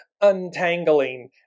untangling